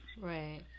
Right